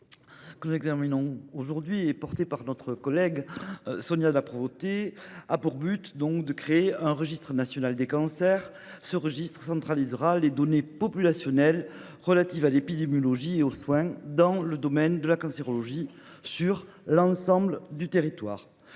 loi que nous examinons aujourd'hui, présentée par notre collègue Sonia de La Provôté, a pour but de créer un registre national des cancers. Ce registre centralisera les données populationnelles relatives à l'épidémiologie et aux soins dans le domaine de la cancérologie sur l'ensemble du territoire.